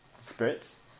spirits